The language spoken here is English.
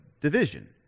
division